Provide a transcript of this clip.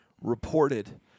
reported